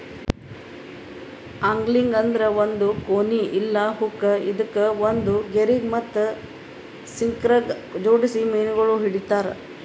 angling ಅಂದುರ್ ಒಂದ್ ಕೋನಿ ಇಲ್ಲಾ ಹುಕ್ ಇದುಕ್ ಒಂದ್ ಗೆರಿಗ್ ಮತ್ತ ಸಿಂಕರಗ್ ಜೋಡಿಸಿ ಮೀನಗೊಳ್ ಹಿಡಿತಾರ್